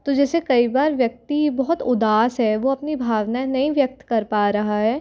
तो जैसे कई बार व्यक्ति बहुत उदास है वो अपनी भावनाऍं नहीं व्यक्त कर पा रहा है